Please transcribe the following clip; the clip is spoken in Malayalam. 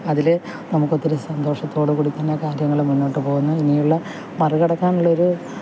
അതില് നമുക്ക് സന്തോഷത്തോട് കൂടി തന്നെ കാര്യങ്ങള് മുന്നോട്ട് പോകുന്നു ഇങ്ങനെ ഉള്ള മറികടക്കാനുള്ളൊരു